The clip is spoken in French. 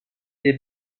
les